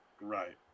Right